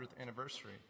anniversary